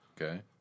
Okay